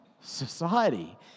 society